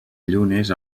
llunes